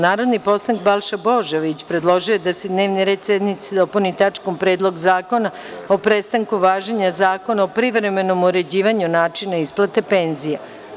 Narodni poslanik Balša Božović predložio je da se dnevni red sednice dopuni tačkom – Predlog zakona o prestanku važenja Zakona o privremenom uređivanju načina isplate penzija.